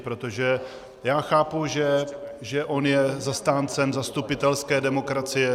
Protože já chápu, že on je zastáncem zastupitelské demokracie.